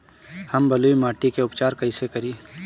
हम बलुइ माटी के उपचार कईसे करि?